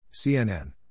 CNN